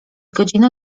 godzina